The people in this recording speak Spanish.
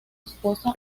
esposa